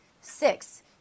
six